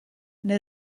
neu